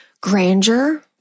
grandeur